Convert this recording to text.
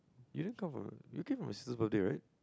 you didn't come for you came to my sister's birthday right